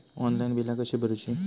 Online बिला कशी भरूची?